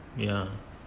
ya